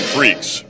Freaks